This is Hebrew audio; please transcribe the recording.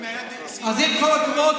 אז עם כל הכבוד,